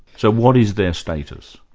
so what is their status?